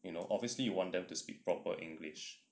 you know obviously you want them to speak proper english